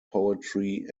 poetry